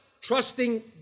trusting